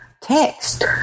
text